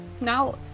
Now